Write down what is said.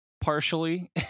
Partially